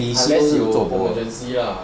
unless 有 emergency lah